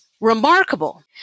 remarkable